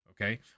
Okay